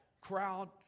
crowd